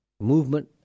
Movement